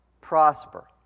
prosper